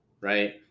right